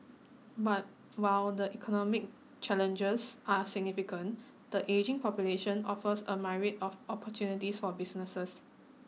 but while the economic challenges are significant the ageing population offers a myriad of opportunities for businesses